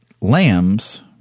lambs